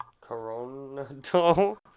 Coronado